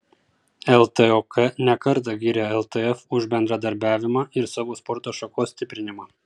ltok ne kartą gyrė ltf už bendradarbiavimą ir savo sporto šakos stiprinimą